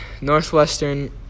Northwestern